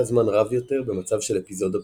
זמן רב יותר במצב של אפיזודה פעילה.